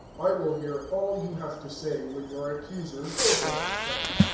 i will hear all you have to say, when your accusers also have come.